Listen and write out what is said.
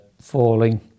falling